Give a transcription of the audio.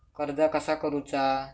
कर्ज कसा करूचा?